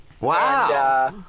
Wow